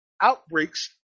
outbreaks